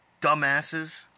dumbasses